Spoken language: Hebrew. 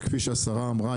שכפי שהשרה אמרה,